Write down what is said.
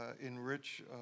enrich